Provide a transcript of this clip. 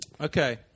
Okay